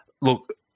look